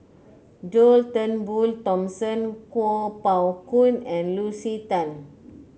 John Turnbull Thomson Kuo Pao Kun and Lucy Tan